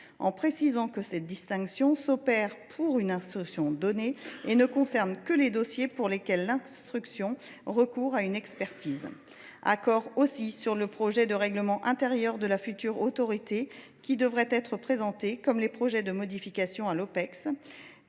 en précisant que cette distinction s’opère pour une instruction donnée et ne concerne que les dossiers pour lesquels l’instruction recourt à une expertise. Enfin, nous nous sommes accordés sur le projet de règlement intérieur de la future autorité, qui devra être présenté, comme les projets de modification, à l’Opecst.